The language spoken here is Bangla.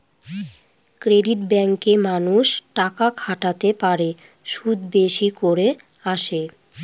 ক্রেডিট ব্যাঙ্কে মানুষ টাকা খাটাতে পারে, সুদ বেশি করে আসে